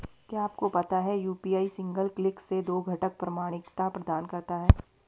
क्या आपको पता है यू.पी.आई सिंगल क्लिक से दो घटक प्रमाणिकता प्रदान करता है?